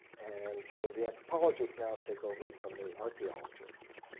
and so the anthropologists now take over from the archeologists.